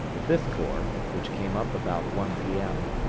the fifth corps, which came up about one p m,